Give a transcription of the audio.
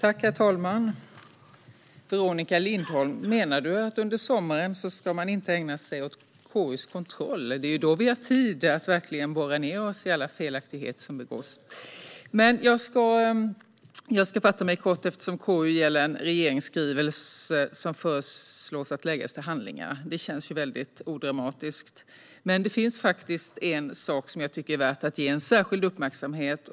Herr talman! Veronica Lindholm! Menar du att man inte ska ägna sig åt KU:s kontroll under sommaren? Det är ju då vi har tid att verkligen borra ned oss i alla felaktigheter som begås. Jag ska fatta mig kort eftersom KU24 gäller en regeringsskrivelse som föreslås läggas till handlingarna. Det känns odramatiskt, men det finns faktiskt en sak som jag tycker är värd särskild uppmärksamhet.